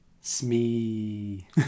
Smee